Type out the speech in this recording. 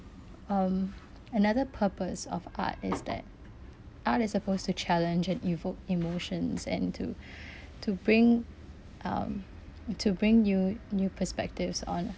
um another purpose of art is that art is supposed to challenge and evoke emotions and to to bring um to bring you new perspectives on